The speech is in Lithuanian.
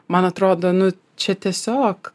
man atrodo nu čia tiesiog